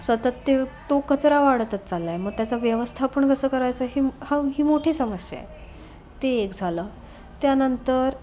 सतत ते तो कचरा वाढतच चाललाय मग त्याचा व्यवस्थापन कसं करायचा ही हा ही मोठी समस्या आहे ते एक झालं त्यानंतर